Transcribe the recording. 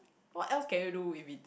what else can you do with it